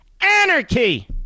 anarchy